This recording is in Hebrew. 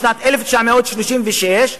משנת 1936,